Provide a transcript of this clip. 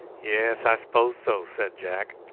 yes, i s'pose so, said jack.